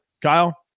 Kyle